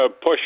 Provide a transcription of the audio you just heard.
push